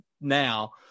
now